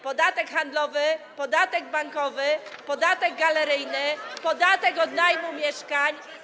Podatek handlowy, podatek bankowy, podatek galeryjny, podatek od najmu mieszkań.